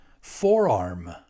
forearm